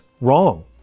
wrong